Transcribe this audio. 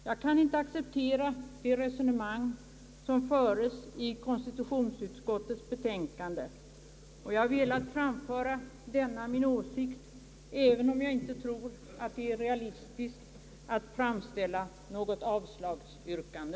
Jag kan inte acceptera det resonemang som förs i konstitutionsutskottets betänkande, och jag har velat framföra denna min åsikt, även om jag inte tror att det är realistiskt att framställa något avslagsyrkande.